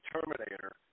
Terminator